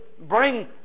bring